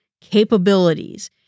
capabilities